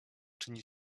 czyni